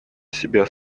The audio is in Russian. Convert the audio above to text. себя